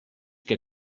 que